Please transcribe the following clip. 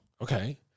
okay